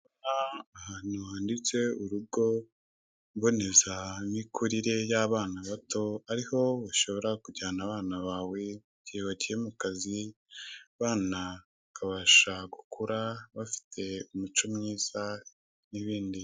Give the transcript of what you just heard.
ahantu handitse urugo mboneza mikurire y'abana bato ariho ushobora kujyana abana bawe mugihe wagiye mukazi, abana bakabasha gukura bafite imico myiza nibindi.